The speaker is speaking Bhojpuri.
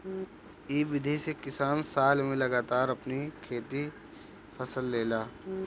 इ विधि से किसान साल में लगातार अपनी खेते से फसल लेला